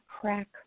crack